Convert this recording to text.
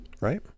right